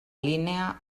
línia